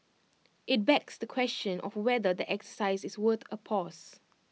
IT begs the question of whether the exercise is worth A pause